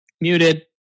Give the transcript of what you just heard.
Muted